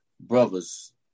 brothers